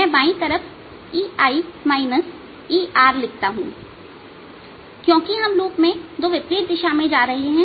मैं बाई तरफ EI ERलिखता हूं क्योंकि हम लूप में दो विपरीत दिशा में जा रहे हैं